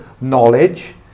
knowledge